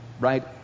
right